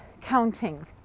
counting